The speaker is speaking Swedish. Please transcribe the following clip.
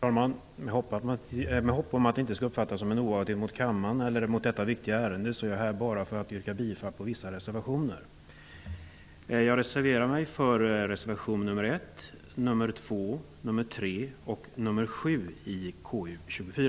Fru talman! I hopp om att det inte skall uppfattas som en nonchalans mot kammaren eller mot detta viktiga ärende vill jag säga, att jag har begärt ordet bara för att yrka bifall till reservationerna nr 1, nr